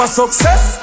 success